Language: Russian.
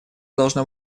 должно